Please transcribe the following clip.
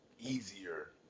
easier